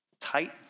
tight